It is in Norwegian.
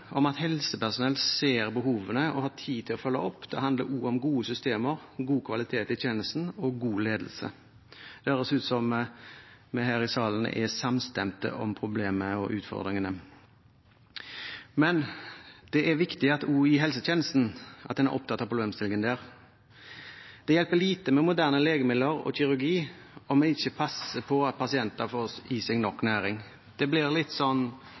om gode systemer, god kvalitet i tjenesten og god ledelse. Det høres ut som om vi her i salen er samstemte om problemet og utfordringene. Det er viktig at en også i helsetjenesten er opptatt av problemstillingen. Det hjelper lite med moderne legemidler og kirurgi om man ikke passer på at pasienter får i seg nok næring. Det blir